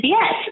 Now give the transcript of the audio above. Yes